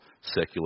secular